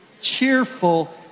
cheerful